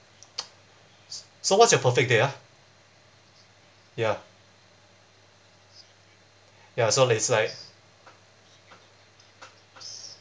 so what's your perfect day ah ya ya so it's like